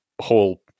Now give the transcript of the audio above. whole